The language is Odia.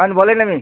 ପାଏନ୍ ବଲେଇ ନେମି